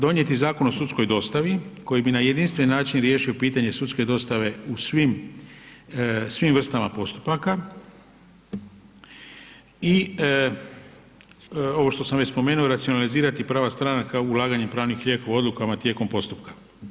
Donijeti Zakon o sudskoj dostavi koji bi na jedinstven način riješio pitanje sudske dostave u svim vrstama postupaka i ovo što sam već spomenuo racionalizirati prava stranaka ulaganjem pravnih lijekova o odlukama tijekom postupka.